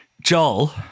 Joel